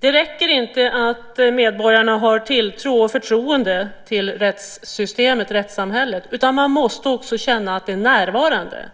Det räcker inte att medborgarna har tilltro till och förtroende för rättssystemet, rättssamhället. De måste också känna att det är närvarande.